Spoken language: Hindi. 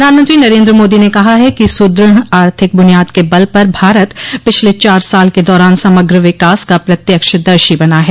प्रधानमंत्री नरेन्द्र मोदी ने कहा है कि सुदृढ़ आर्थिक बुनियाद के बल पर भारत पिछले चार साल के दौरान समग्र विकास का प्रत्यक्षदर्शी बना है